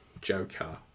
Joker